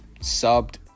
subbed